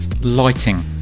Lighting